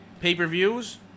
Pay-per-views